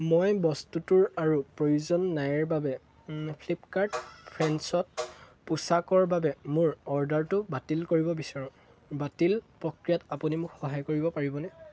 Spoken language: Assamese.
মই বস্তুটোৰ আৰু প্ৰয়োজন নাইৰ বাবে ফ্লিপকাৰ্ট ফেন্সত পোচাকৰ বাবে মোৰ অৰ্ডাৰটো বাতিল কৰিব বিচাৰিছোঁ বাতিল প্ৰক্ৰিয়াত আপুনি মোক সহায় কৰিব পাৰিবনে